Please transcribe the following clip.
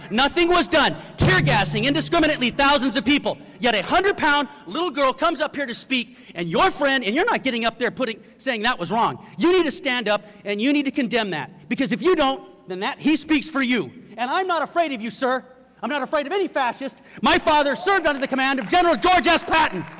nothing was done, tear gassing indiscriminately thousands of people, yet a one hundred pound little girl comes up here to speak, and your friend and you're not getting up there saying that was wrong you need to stand up, and you need to condemn that because if you don't, then he speaks for you. and i'm not afraid of you, sir i'm not afraid of any fascist. my father served under the command of general george s. patton.